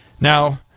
Now